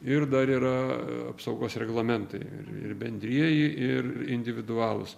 ir dar yra apsaugos reglamentai ir ir bendrieji ir individualūs